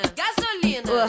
gasolina